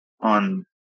on